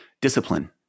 Discipline